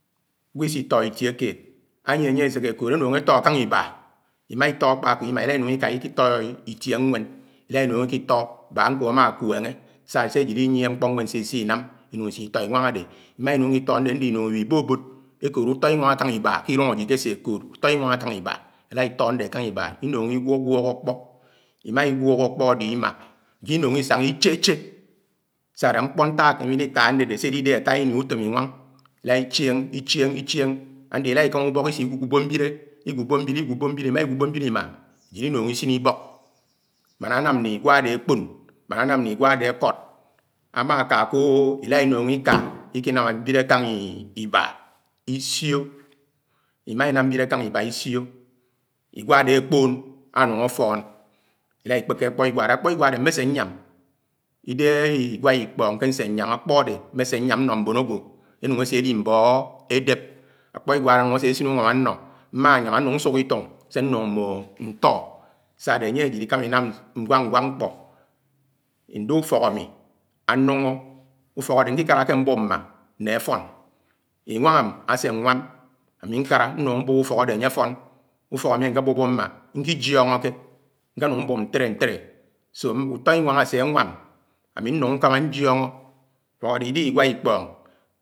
́gwo isitọ́họ́ itie kéed anyie anye eseke ekwód, enúñg etó akáng iba ima itò akpa 'ko ima ela inung ika ikito itie ñwén, ila inung ikito báak ankho ámá kwenghe sa se'jid idi inyièhẽ ñkpo ñwen sisi inam iñúng isito iñwáñg adé. Ima inung ito adé, adẽ iwibȯbȯd ekóod ùtọ iñwang akang ibá k'inúng ajid k'ese kood utò inwáng akang iba, ela etò ande akang iba, inuk iwùwúk ákpọ. ima iwùk akpo ade imaa ajid inúng isañgá ichéché sáade ñkpo nta akemi idita andede s'edidehe ataa ini utóm iñwañg. Ilá ichen-ichen, ichen, ande ilaikámá ùbọk ise iwúbó mbiele, iwùbo mbiele, iwùbo mbiele imaa iwùbo mbiele imáa ajid inung isiñ ibok mán anám nẽ igwá adé akpȯn, man 'nam né igwá adé akọd, ama akakọ ila inung ìká ikinàm mbiele àkáng iba isio, imaa inam mbiele ákáng iba isio igwá ade akpoon anung afon. Ila ikpèkè akpo igwa, àkpọ́ igwa adẽ mmé sé ñyam, idehe igwa ikpóng ke nse nyám akpo ade mmé se nyam nnọ mbon agwo enûng ase di mbö edep anung ase asin uñwam ánọ mmanyam anung ñsuhọ itúng se nung mmo ñtọ sa-adé anye ayìd ikámá inàm nwák nwák nkpọ́ ñdé ufok ami andungo ufọ́k adẽ nkikaráke mbób mmá né áfon, inwáng m ase anwam ami ñkárá núng mbòb ufọk adé anyé afoń, ufọk ami nke bóbób mmá nkijiȯngȯkẽ nkenung mbòb ntele ntele so utọ inwáng ase ãnwám ami nũng nkama njiòngo ufok ade idihi igwa ikpóng.